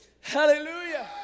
hallelujah